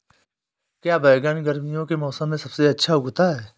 क्या बैगन गर्मियों के मौसम में सबसे अच्छा उगता है?